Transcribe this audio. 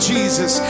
Jesus